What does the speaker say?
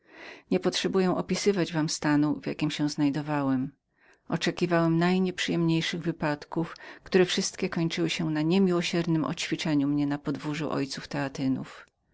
burgos niepotrzebuję opisywać wam stanu duszy w jakim się znajdowałem oczekiwałem najnieprzyjemniejszych wypadków które wszystkie kończyły się na niemiłosiernem oćwiczeniu mnie na podwórzu oo teatynów